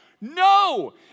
No